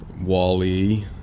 Wally